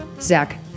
Zach